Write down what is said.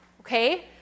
okay